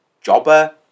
jobber